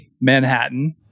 Manhattan